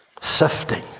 sifting